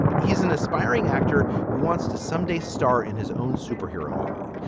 he's an aspiring actor who wants to someday star in his own superhero movie.